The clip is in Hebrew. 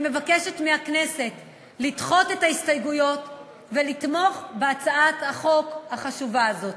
אני מבקשת מהכנסת לדחות את ההסתייגויות ולתמוך בהצעת החוק החשובה הזאת.